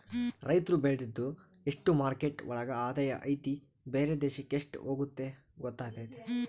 ರೈತ್ರು ಬೆಳ್ದಿದ್ದು ಎಷ್ಟು ಮಾರ್ಕೆಟ್ ಒಳಗ ಆದಾಯ ಐತಿ ಬೇರೆ ದೇಶಕ್ ಎಷ್ಟ್ ಹೋಗುತ್ತೆ ಗೊತ್ತಾತತೆ